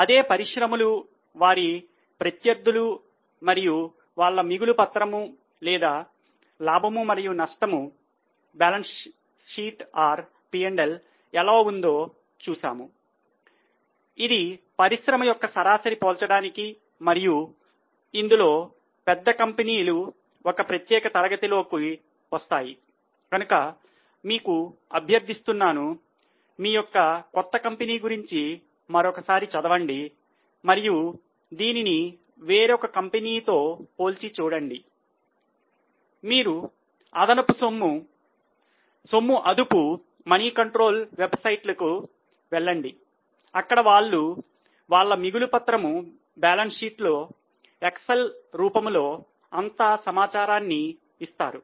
అదే పరిశ్రమలు వారి ప్రత్యర్థులు మరియు వాళ్ల మిగులు పత్రము లేదా లాభము మరియు నష్టము లో ఎక్సెల్ రూపములో అంత సమాచారాన్ని ఇస్తారు